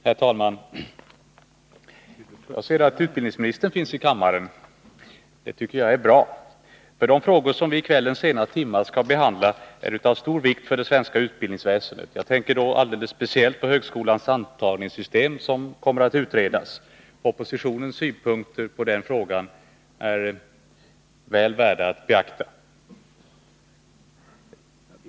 Herr talman! Jag ser att utbildningsministern finns i kammaren. Det tycker jagär bra, för de frågor som vii kvällens sena timmar skall behandla är av stor vikt för det svenska utbildningsväsendet. Jag tänker då alldeles speciellt på högskolans antagningssystem, som kommer att utredas. Oppositionens synpunkter på den frågan är väl värda att beakta.